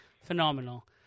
phenomenal